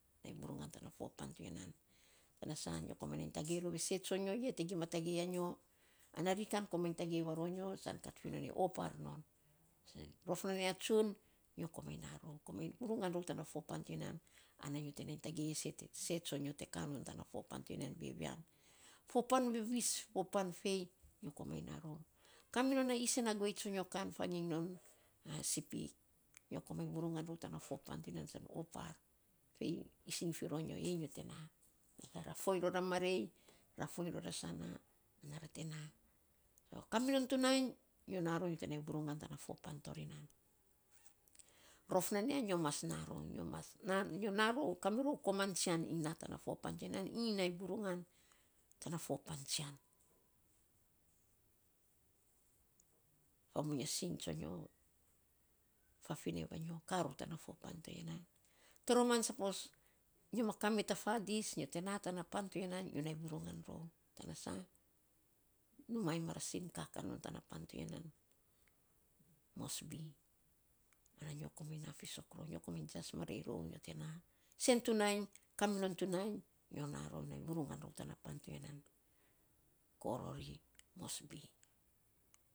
Nainy vurunga tana fo pan to ya nan, tana sa nyo komainy nai tag ei rou e sei tson yo e te gima tagei anyo ana ri kan komainy tagei va ro nyo san kat fi non nei, opar non. rof nan ya tsun, nyo komainy na rou komainy vurungan rou tana fo paan to ya nan. Ana nyo te nai tagei e se tso nyo te ka non tan fo pan to ya nan vevean. Fo pan vavis, fo pan fei nyo komainy na rou. Ka minon a isen a guei tsonyo an fanginy non sepik. Nyo komainy vurungan rou tan fo pan san opar fei isiny fi ro nyo e nyo te na, ra foiny ror a marei ra foiny ror a sana ana ra te na. Ka minon tu nainy nyo na rou nyo te nainy vurungan tana fo pan tori nan. Rof nan ya nyo mas na rou, nyo mas na rou, ka mirou koman tsian iny nainy vurungan tan a fo pan tsian. Fa muinga sing tsonyo, fafinee ka ror tana fo pan to ya nan. Toroman sapos nyo ma ka me ta fadis, nyo te na tana pan to ya nan nyo nainy vurungan rou. Tana sa, numa iny marasn kaka non tana pan to ya nan moresby. Ana nyo komainy na fisok rou, nyo komain jias mareii nyo rou te na. Sen tu nainy, ka minon tu nainy, nyo na rou nai vurungan rou tana o ya nan, ko rorin moresby.